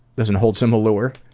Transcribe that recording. doesn't hold some allure.